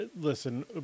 listen